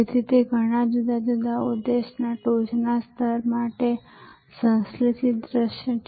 તેથી તે ઘણા જુદા જુદા ઉદ્દેશ્યોના ટોચના સ્તર માટે સંશ્લેષિત દૃશ્ય છે